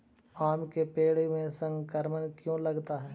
आम के पेड़ में संक्रमण क्यों लगता है?